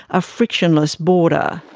a frictionless border.